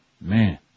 man